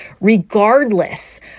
regardless